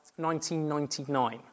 1999